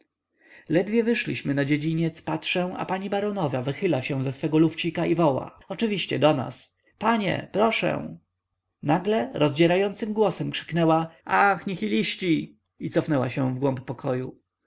ledwie wyszliśmy na dziedziniec patrzę a pani baronowa wychyla się ze swego lufcika i woła oczywiście do nas panie proszę nagle rozdzierającym głosem krzyknęła ach nihiliści i cofnęła się w głąb pokoju